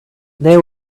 they